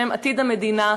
שהם עתיד המדינה.